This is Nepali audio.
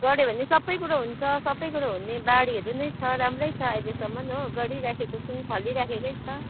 गर्यो भने सबै कुरो हुन्छ सबै कुरो हुने बारीहरू नै छ राम्रै छ अहिलेसम्म हो गरिराखेको छौँ फलिराखेकै छ